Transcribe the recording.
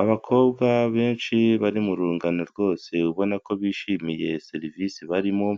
Abakobwa benshi bari mu rungano rwose ubona ko bishimiye serivisi barimo,